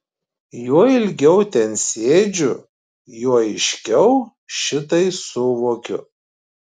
juo ilgiau ten sėdžiu juo aiškiau šitai suvokiu